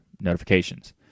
notifications